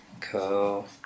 Cool